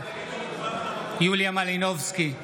יוליה מלינובסקי,